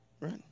right